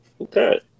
okay